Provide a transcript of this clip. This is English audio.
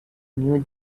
new